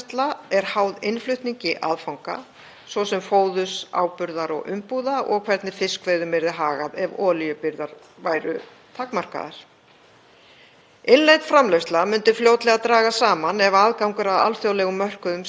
Innlend framleiðsla myndi fljótlega dragast saman ef aðgangur að alþjóðlegum mörkuðum skertist. Það blasir því við og hefur gert lengi að við verðum að gera ráðstafanir og áætlanir um neyðarbirgðir innan lands og í hverjum landshluta fyrir sig.